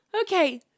Okay